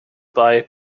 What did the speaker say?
buy